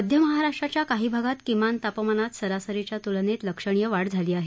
मध्य महाराष्ट्राच्या काही भागात किमान तापमानात सरासरीच्या तुलनेत लक्षणीय वाढ झाली आहे